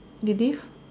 ladies